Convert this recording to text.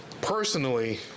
personally